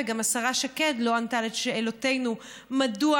וגם השרה שקד לא ענתה על שאלותינו מדוע